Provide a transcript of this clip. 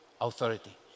authority